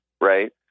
right